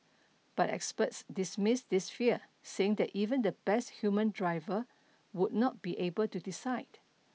but experts dismiss this fear saying that even the best human driver would not be able to decide